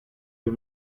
you